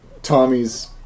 Tommy's